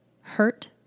hurt